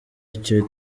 icyo